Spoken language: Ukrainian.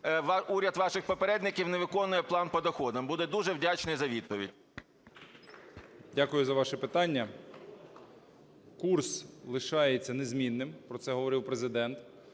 уряд ваших попередників не виконує план по доходам? Буду дуже вдячний за відповідь. 17:39:43 ШМИГАЛЬ Д.А. Дякую за ваші питання. Курс лишається незмінним, про це говорив Президент.